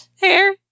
hair